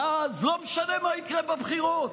ואז, לא משנה מה יקרה בבחירות,